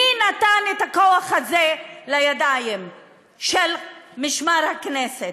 מי נתן את הכוח הזה לידיים של משמר הכנסת?